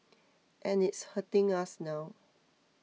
and it's hurting us now